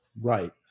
Right